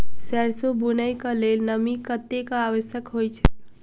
सैरसो बुनय कऽ लेल नमी कतेक आवश्यक होइ छै?